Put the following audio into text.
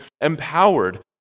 empowered